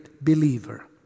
believer